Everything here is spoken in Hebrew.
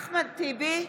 אחמד טיבי,